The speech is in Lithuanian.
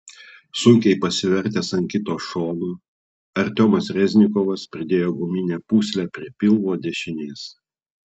sunkiai pasivertęs ant kito šono artiomas reznikovas pridėjo guminę pūslę prie pilvo dešinės